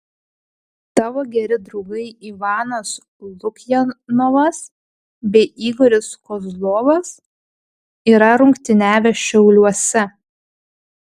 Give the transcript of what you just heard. tavo geri draugai ivanas lukjanovas bei igoris kozlovas yra rungtyniavę šiauliuose